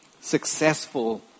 successful